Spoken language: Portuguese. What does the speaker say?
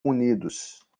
unidos